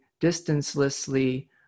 distancelessly